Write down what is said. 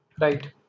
Right